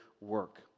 work